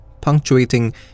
punctuating